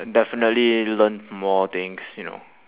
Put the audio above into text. definitely learnt more things you know